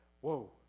Whoa